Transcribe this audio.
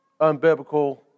unbiblical